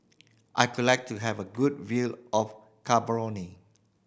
I could like to have a good view of Gaborone